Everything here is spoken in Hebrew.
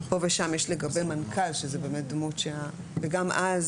פה ושם יש לגבי מנכ"ל שזה באמת דמות וגם אז